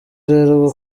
rero